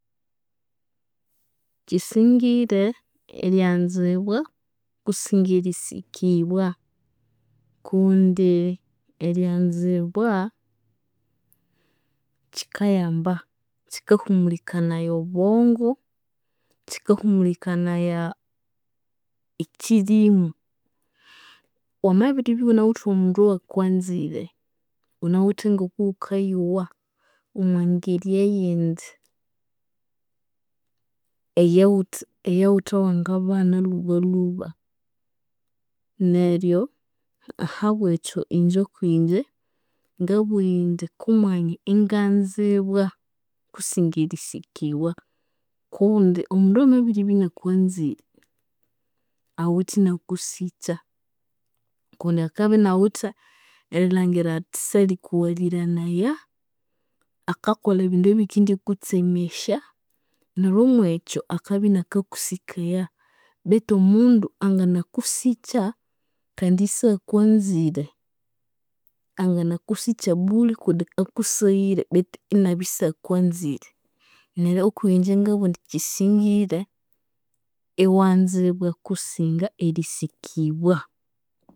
Kyisingire eryanzibwa kusinga erisikibwa kundi eryanzibwa kyikayamba, kyikahumulikanaya obwongo, kyikahumulikanaya ekyirimu. Wamabiribya ighunawithe omundu oyukwanzire, ghunawithe ngokughukayowa omwangeri eyindi eyaghuthe eyaghuthe wangabana lhubalhuba. Neryo habwekyo inje okwinje kubugha indi komwanya inganzibwa kusinga erisikibwa kundi omundu amabiribya inakwanzire, awithe inakusikya. Kundi akabya inawithe erilhangira athi salikughaliranaya, akakolha ebindu ebikendikutsemesya, neryo omwekyo akabya inakakusikaya. Betu omundu anginakusikya kandi isakwanzire, anginakusikya bule kundi akusaghire betu inabya isakwanzire. Neryo okwinje ngabugha indi kyisingire iwanzibwa kusinga erisikibwa.